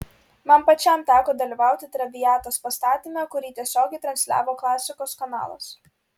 man pačiam teko dalyvauti traviatos pastatyme kurį tiesiogiai transliavo klasikos kanalas